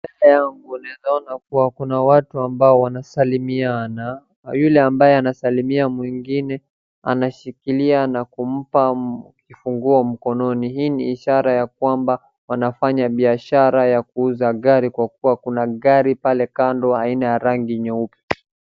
Mbele yangu naeza ona kua kuna watu ambao wanasalimiana, na yule ambaye anasalimia mwingine anashikilia na kumpa kifunguo mkononi, hii ni ishara ya kwamba wanafanya biashara ya kuuza gari kwa kua kuna gari pale kando aina ya rangi nyeupe.